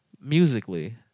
Musically